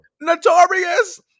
Notorious